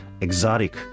exotic